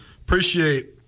Appreciate